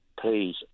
please